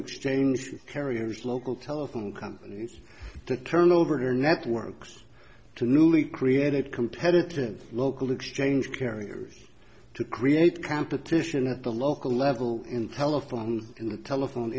exchange carriers local telephone companies to turn over networks to newly created competitive local exchange carriers to create competition at the local level in telephone and telephone